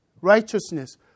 righteousness